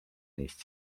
neist